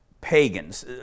pagans